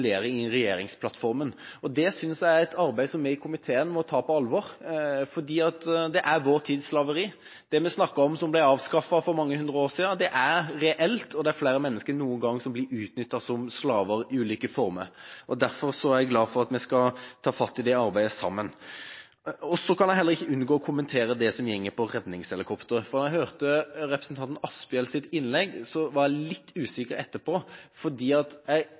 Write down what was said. i regjeringsplattformen. Dette synes jeg er et arbeid som vi i komiteen må ta på alvor, for dette er vår tids slaveri. Det vi sier ble avskaffet for mange hundre år siden, er reelt. Det er flere mennesker enn noen gang som i ulike former blir utnyttet som slaver. Derfor er jeg glad for at vi sammen skal ta fatt på det arbeidet. Jeg kan heller ikke unngå å kommentere det som dreier seg om redningshelikoptre. Etter å ha hørt representanten Asphjells innlegg, ble jeg litt usikker. Jeg deler utålmodigheten – Stortinget fattet et vedtak for lenge siden, som har gått som en føljetong. Men jeg